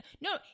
No